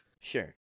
Sure